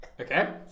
Okay